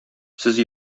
сез